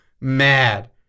mad